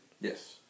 Yes